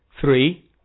Three